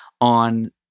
on